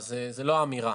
לא האמירה.